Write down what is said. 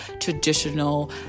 traditional